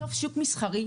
בסוף שוק מסחרי,